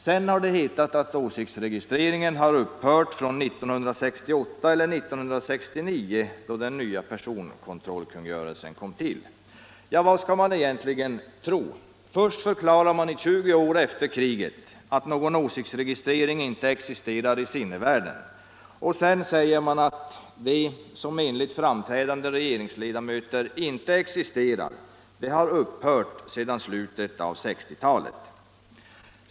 Därefter har det hetat att åsiktsregistreringen har upphört från 1968 eller 1969, då den nya personkontrollkungörelsen kom till. Vad skall man tro? Först förklarar man i 20 år efter kriget, att någon åsiktsregistrering inte existerar i sinnevärlden, och sedan säger man att det — som enligt framträdande regeringsledamöter inte existerar — har upphört sedan slutet av 1960-talet!